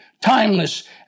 timeless